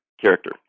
character